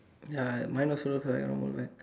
ya mine also looks like a normal bag